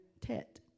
tet